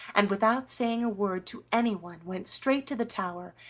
and without saying a word to anyone went straight to the tower,